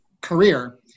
career